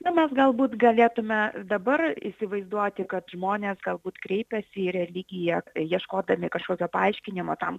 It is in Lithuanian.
na mes galbūt galėtume dabar įsivaizduoti kad žmonės galbūt kreipiasi į religiją ieškodami kažkokio paaiškinimo tam